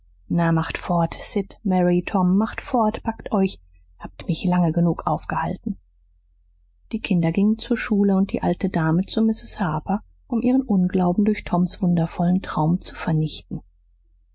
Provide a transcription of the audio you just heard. na macht fort sid mary tom macht fort packt euch habt mich lange genug aufgehalten die kinder gingen zur schule und die alte dame zu mrs harper um ihren unglauben durch toms wundervollen traum zu vernichten